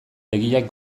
begiak